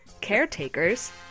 caretakers